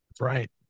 Right